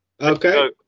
Okay